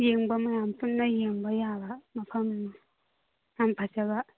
ꯌꯦꯡꯕ ꯃꯌꯥꯝ ꯄꯨꯟꯅ ꯌꯦꯡꯕ ꯌꯥꯕ ꯃꯐꯝꯅꯦ ꯌꯥꯝ ꯐꯖꯕ